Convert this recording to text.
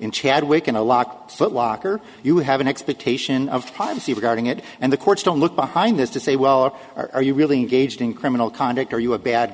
in chadwick in a locked foot locker you have an expectation of privacy regarding it and the courts don't look behind this to say well are you really engaged in criminal conduct are you a bad